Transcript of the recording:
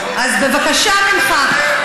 אז בבקשה ממך.